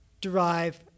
derive